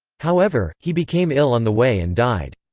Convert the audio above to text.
however, he became ill on the way and died.